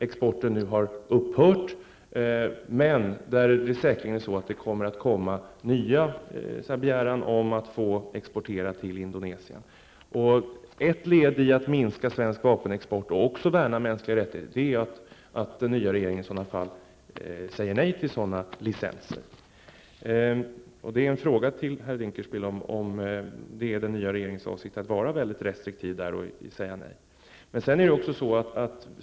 Exporten har nu upphört, men säkerligen kommer en ny begäran om att få exportera till Indonesien. Ett led i minskandet av svensk vapenexport och också i värnandet om mänskliga rättigheter är att den nya regeringen säger nej till sådana licenser. Det är en fråga till herr Dinkelspiel, om det är den nya regeringens avsikt att vara restriktiv på den punkten och säga nej.